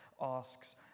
asks